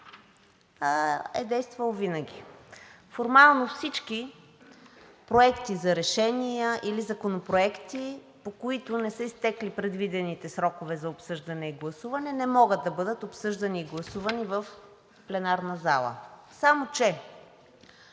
е действал винаги. Формално всички проекти за решения или законопроекти, по които не са изтекли предвидените срокове за обсъждане и гласуване, не могат да бъдат обсъждани и гласувани в пленарната зала. Само че